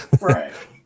right